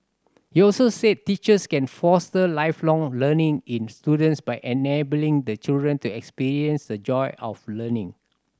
he also said teachers can foster Lifelong Learning in students by enabling the children to experience the joy of learning